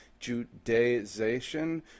Judaization